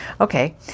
okay